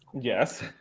Yes